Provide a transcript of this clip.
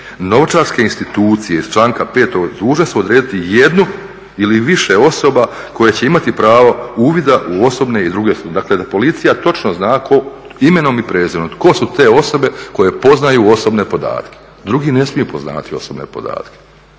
novčarske institucije iz članka 5. dužne su odrediti jednu ili više osoba koje će imati pravo uvida u osobne i druge, dakle da policija točno zna tko imenom i prezimenom tko su te osobe koje poznaju osobne podatke. Drugi ne smiju poznavati osobne podatke.